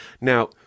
now